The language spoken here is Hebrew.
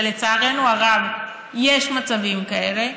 ולצערנו הרב יש מצבים כאלה,